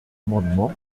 amendements